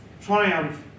triumph